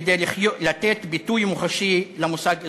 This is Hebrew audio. כדי לתת ביטוי מוחשי למושג אזרחות.